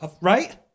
Right